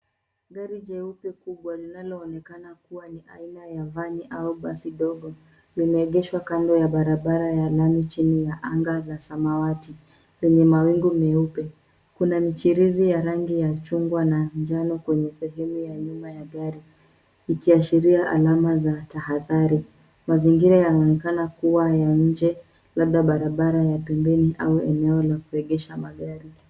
Gari jeupe kubwa linaloonekana kuwa ni aina ya vani au basi ndogo. Limegeshwa kando ya barabara ya lami chini ya anga za samawati lina mawingu meupe. Kuna michirizi ya rangi ya chungwa na njano kwenye sehemu ya nyuma ya gari. Ikiashiria alama za tahadhari. Mazingira yanaonekana kuwa ya nje labda barabara ya pembeni au eneo la kuegesha magari.